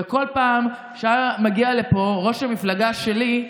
וכל פעם שהיה מגיע לפה ראש המפלגה שלי,